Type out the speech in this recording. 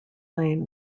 lane